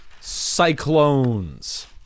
Cyclones